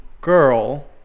girl